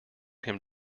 him